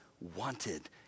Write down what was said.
wanted